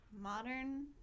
modern